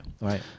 Right